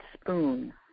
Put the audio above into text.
spoon